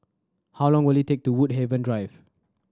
how long will it take to Woodhaven Drive